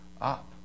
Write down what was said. up